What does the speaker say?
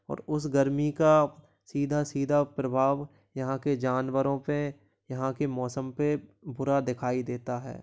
और उस गर्मी का सीधा सीधा प्रभाव यहाँ के जानवरों पर यहाँ के मौसम पर बुरा दिखाई देता है